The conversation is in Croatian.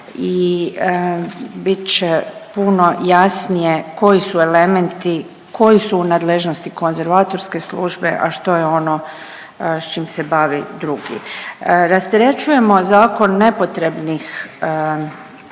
i bit će puno jasnije koji su elementi, koji su u nadležnosti konzervatorske službe, a što je ono s čim se bavi drugi. Rasterećujemo zakon nepotrebnih ako